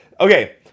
Okay